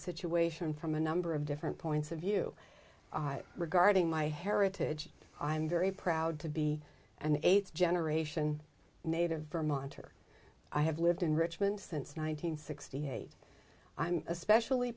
situation from a number of different points of view regarding my heritage i'm very proud to be an eighth generation native vermonter i have lived in richmond since one nine hundred sixty eight i'm especially